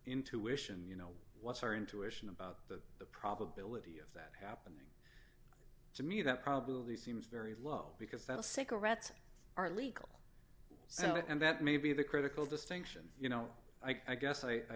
intuition you know what's our intuition about that the probability of that happening to me that probability seems very low because that a cigarette are legal so and that may be the critical distinction you know i guess i